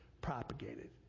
propagated